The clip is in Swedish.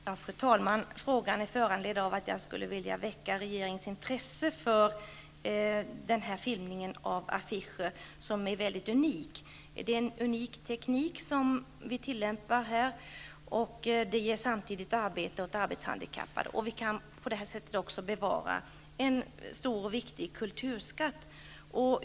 Fru talman! Min fråga är föranledd av att jag skulle vilja väcka regeringens intresse för denna filmning av affischer, som är väldigt unik. Vi tillämpar en unik teknik, som samtidigt ger arbete åt arbetshandikappade. Vi kan på detta sätt bevara en stor och viktig kulturskatt.